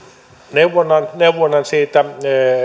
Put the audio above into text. neuvonnan neuvonnan siitä